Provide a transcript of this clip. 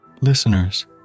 Listeners